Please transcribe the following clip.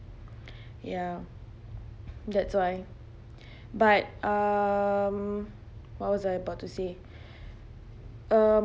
ya that's why but um what was I about to say um